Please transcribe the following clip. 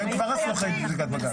את זה הם כבר עשו אחרי פסיקת בג"ץ.